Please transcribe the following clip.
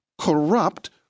corrupt